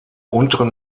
unteren